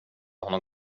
honom